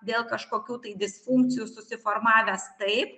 dėl kažkokių tai disfunkcijų susiformavęs taip